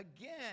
again